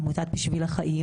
עמותת "בשביל החיים"